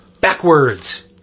backwards